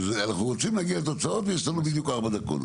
אנחנו רוצים להגיע לתוצאות ויש לנו בדיוק ארבע דקות,